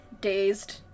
dazed